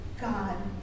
God